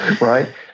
right